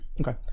Okay